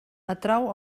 atrau